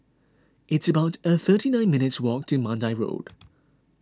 it's about a thirty nine minutes' walk to Mandai Road